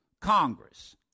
Congress